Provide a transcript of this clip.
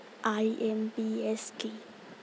IMPS কি?